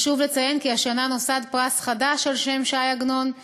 חשוב לציין כי השנה נוסד פרס חדש על שם ש"י עגנון.